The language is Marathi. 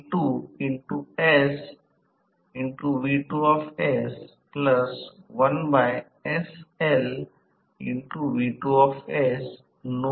तर नकारात्मक स्लिप म्हणजे सुपर समकालीन वेग n पेक्षा जास्त ns वर चालणारा रोटर सूचित करतो म्हणजेच मोटर जनित्र म्हणून चालू आहे